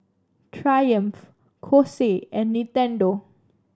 Triumph Kose and Nintendo